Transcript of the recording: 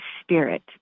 spirit